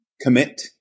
commit